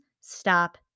stop